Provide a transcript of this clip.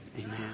Amen